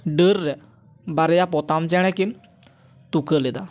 ᱰᱟᱹᱨ ᱨᱮ ᱵᱟᱨᱭᱟ ᱯᱚᱛᱟᱢ ᱪᱮᱬᱮ ᱠᱤᱱ ᱛᱩᱠᱟᱹ ᱞᱮᱫᱟ